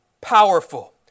powerful